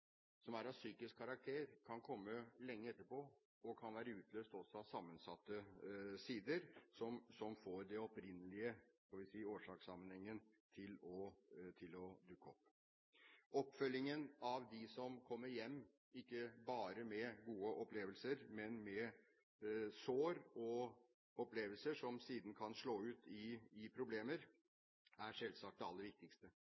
som veteranene opplever som er av psykisk karakter, kan komme lenge etterpå og kan være utløst også av sammensatte sider, som får den opprinnelige årsakssammenhengen til å dukke opp. Oppfølgingen av dem som kommer hjem med ikke bare gode opplevelser, men med sår og opplevelser som siden kan slå ut i problemer, er selvsagt det aller viktigste.